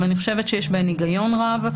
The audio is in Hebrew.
ואני חושבת שיש בהן היגיון רב,